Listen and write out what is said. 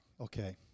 Okay